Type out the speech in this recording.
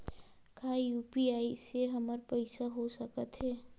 का यू.पी.आई से हमर पईसा हो सकत हे?